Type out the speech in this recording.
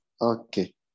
Okay